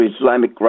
Islamic